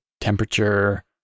temperature